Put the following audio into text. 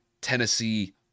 Tennessee